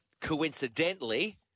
coincidentally